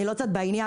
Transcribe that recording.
אני לא צד בעניין.